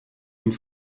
une